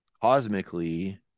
cosmically